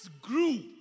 grew